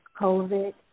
COVID